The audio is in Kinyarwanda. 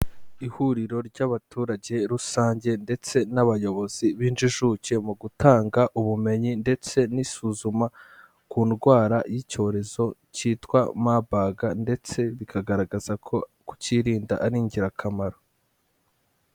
Ihuriro ry'abaturage rusange ndetse n'abayobozi b'injijuke mu gutanga ubumenyi ndetse n'isuzuma ku ndwara y'icyorezo cyitwa mabaga ndetse bikagaragaza ko kucyirinda ari ingirakamaro.